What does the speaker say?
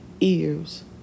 ears